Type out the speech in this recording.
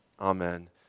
Amen